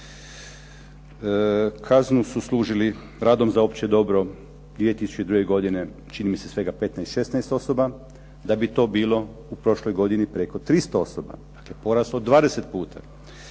Kaznu su služili radom za opće dobro 2002. godine čini mi se svega 15, 16 osoba da bi to bilo u prošloj godini preko 300 osoba. Dakle, porast od 20 puta.